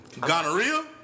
Gonorrhea